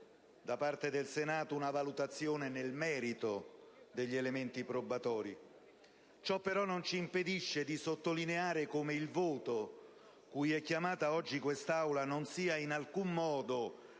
da parte del Senato una valutazione nel merito degli elementi probatori, anche se ciò non ci impedisce di sottolineare come il voto cui è chiamata oggi quest'Aula non sia in alcun modo